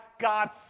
God's